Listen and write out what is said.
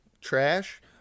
trash